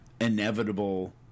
inevitable